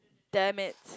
damn it